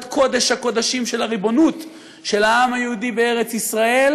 את קודש הקודשים של הריבונות של העם היהודי בארץ ישראל,